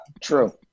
True